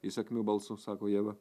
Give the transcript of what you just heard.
įsakmiu balsu sako ieva